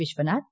Vishwanath